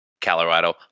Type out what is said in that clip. Colorado